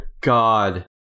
God